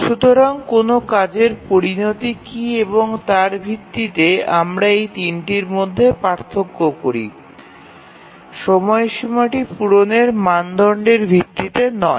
সুতরাং কোনও কাজের পরিণতি কী এবং তার ভিত্তিতে আমরা এই তিনটির মধ্যে পার্থক্য করি সময়সীমাটি পূরণের মানদণ্ডের ভিত্তিতে নয়